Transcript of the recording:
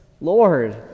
Lord